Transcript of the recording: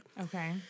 Okay